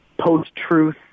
post-truth